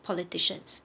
politicians